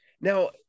Now